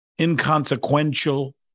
inconsequential